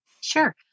Sure